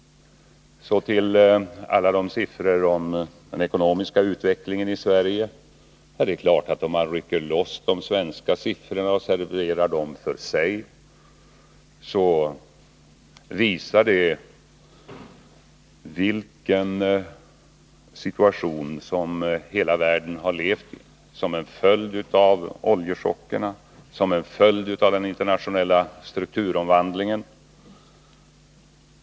Så till alla de siffror om den ekonomiska utvecklingen i Sverige som här anfördes. Det är klart att om man rycker loss de svenska siffrorna och serverar dem för sig, så visar de vilken situation hela världen har levt i som en följd av oljechockerna, som en följd av den internationella strukturomvandlingen.